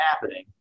happening